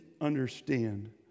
understand